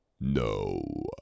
No